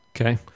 Okay